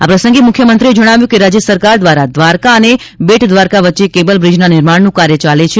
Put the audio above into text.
આ પ્રસંગે મુખ્યમંત્રીએ જણાવ્યું કે રાજ્ય સરકાર દ્વારા દ્વારકા અને બેટ દ્વારકા વચ્ચે કેબલ બ્રિજના નિર્માણનું કાર્ય ચાલે છે